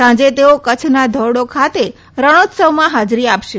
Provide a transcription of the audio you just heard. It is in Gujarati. સાંજે તેઓ કચ્છના ધોરડો ખાતે રણોત્સવમાં હાજરી આપશે